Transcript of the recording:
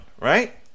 right